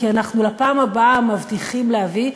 כי לפעם הבאה אנחנו מבטיחים להביא,